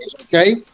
okay